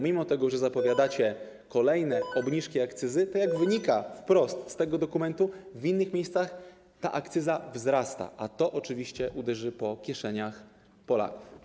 Mimo że zapowiadacie kolejne obniżki akcyzy, to - jak wynika wprost z tego dokumentu - w innych miejscach ta akcyzy wzrasta, co oczywiście uderzy po kieszeniach Polaków.